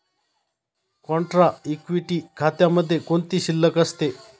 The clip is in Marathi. कॉन्ट्रा इक्विटी खात्यामध्ये कोणती शिल्लक असते?